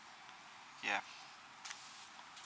yeah